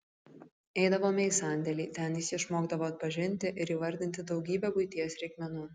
eidavome į sandėlį ten jis išmokdavo atpažinti ir įvardinti daugybę buities reikmenų